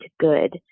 good